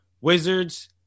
Wizards